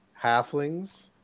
Halflings